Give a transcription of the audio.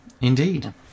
indeed